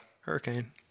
Hurricane